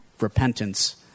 repentance